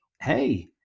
Hey